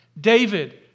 David